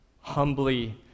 humbly